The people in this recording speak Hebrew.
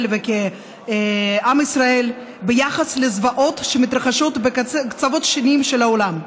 וכעם ישראל ביחס לזוועות שמתרחשות בקצוות שונים של העולם.